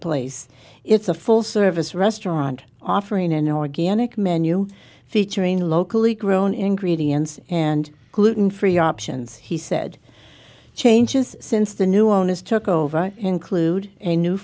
place it's a full service restaurant offering an organic menu featuring locally grown ingredients and gluten free options he said changes since the new owners took over include a new